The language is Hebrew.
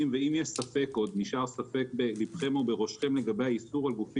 יש לך ספקות שהרפורמה הזאת